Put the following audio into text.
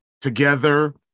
together